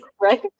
Right